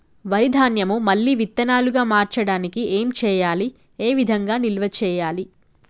వరి ధాన్యము మళ్ళీ విత్తనాలు గా మార్చడానికి ఏం చేయాలి ఏ విధంగా నిల్వ చేయాలి?